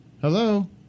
hello